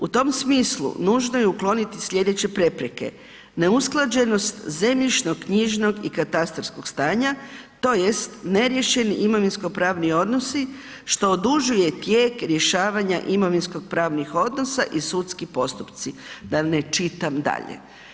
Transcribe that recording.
U tom smislu nužno je ukloniti sljedeće prepreke, neusklađenost zemljišno-knjižnog i katastarskog stanja, tj. neriješeni imovinsko pravni odnosi što odužuje tijek rješavanja imovinsko pravnih odnosa i sudski postupci, da ne čitam dalje.